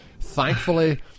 thankfully